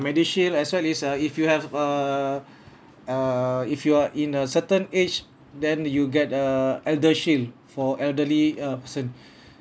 MediShield as well is uh if you have err err if you are in a certain age then you get err ElderShield for elderly uh person